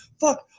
fuck